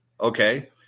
Okay